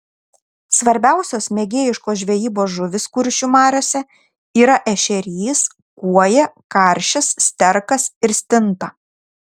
svarbiausios mėgėjiškos žvejybos žuvys kuršių mariose yra ešerys kuoja karšis sterkas ir stinta